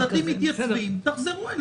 המדדים מתייצבים, תחזרו אלינו.